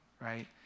right